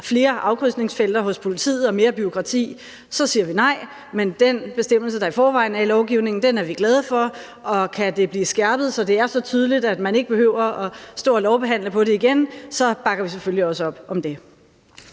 flere afkrydsningsfelter hos politiet og mere bureaukrati, siger vi nej. Men den bestemmelse, der i forvejen er i lovgivningen, er vi glade for, og kan den blive skærpet, så det er så tydeligt, at man ikke behøver at lovbehandle det igen, bakker vi selvfølgelig også op om det.